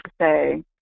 say